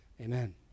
amen